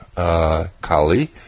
Kali